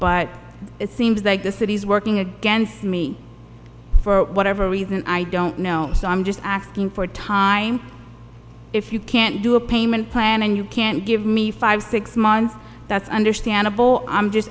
but it seems like this it he's working against me for whatever reason i don't know so i'm just asking for time if you can't do a payment plan and you can't give me five six months that's understandable i'm just